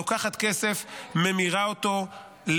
לוקחת כסף וממירה אותו לפיגועי התאבדות,